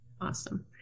Awesome